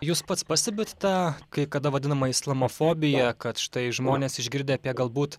jūs pats pastebit tą kai kada vadinamą islamofobiją kad štai žmonės išgirdę apie galbūt